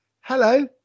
Hello